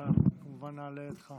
כמובן אעלה אותך